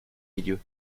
milieu